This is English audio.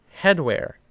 headwear